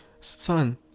son